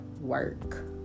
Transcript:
work